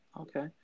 Okay